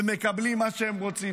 ומקבלים מה שהם רוצים,